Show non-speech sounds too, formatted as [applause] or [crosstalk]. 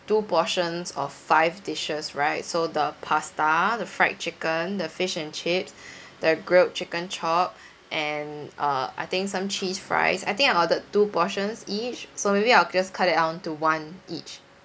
two portions of five dishes right so the pasta the fried chicken the fish and chips [breath] the grilled chicken chop and uh I think some cheese fries I think I ordered two portions each so maybe I'll just cut that down to one each